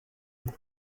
pipe